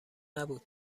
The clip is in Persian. نبود